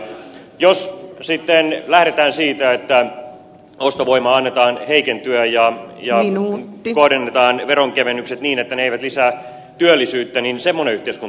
jos sitten lähdetään siitä että ostovoiman annetaan heikentyä ja kohdennetaan veronkevennykset niin että ne eivät lisää työllisyyttä niin semmonen keskon